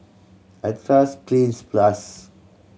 I trust Cleanz Plus